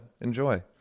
Enjoy